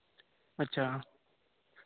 अच्छा